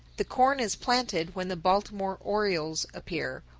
the corn is planted when the baltimore orioles appear,